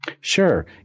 Sure